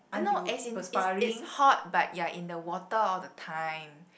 no as in is it hot but your in the water all the time